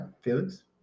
Felix